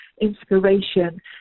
inspiration